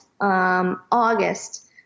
August